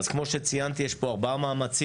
אז כמו שציינתי יש פה ארבעה מאמצים